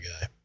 guy